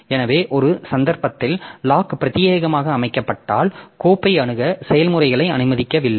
எனவே ஒரு சந்தர்ப்பத்தில் லாக் பிரத்தியேகமாக அமைக்கப்பட்டால் கோப்பை அணுக செயல்முறைகளை அனுமதிக்கவில்லை